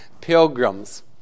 pilgrims